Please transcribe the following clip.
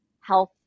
health